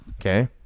Okay